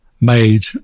made